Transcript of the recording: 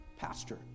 Pastor